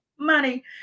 Money